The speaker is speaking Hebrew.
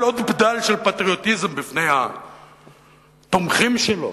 עוד בדל של פטריוטיזם בפני התומכים שלו.